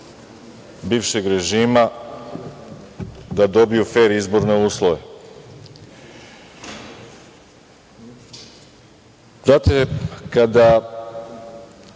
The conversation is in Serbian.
bivšeg režima da dobiju fer izborne uslove. Znate, kada